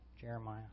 Jeremiah